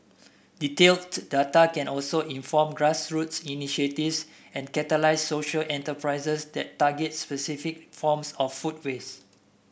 detailed can also inform grassroots initiatives and catalyse social enterprises that target specific forms of food waste